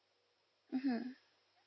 mmhmm